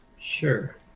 Sure